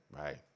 Right